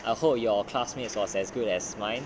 I hope your classmates was as good as mine